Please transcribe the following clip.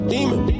Demon